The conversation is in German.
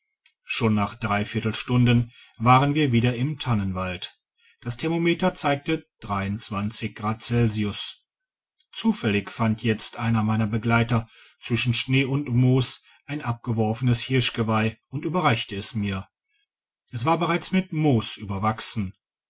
schon nach drei stunden waren wir wieder im tannenwald das thermometer zeigte grad celsius zufällig fand jetzt einer meiner begleiter zwischen schnee und moos ein abgeworfenes hirschgeweih und überreichte es mir es war bereits mit moos überwachsen